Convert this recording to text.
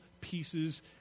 pieces